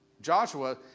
Joshua